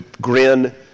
grin